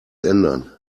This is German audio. ändern